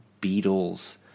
Beatles